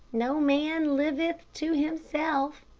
no man liveth to himself,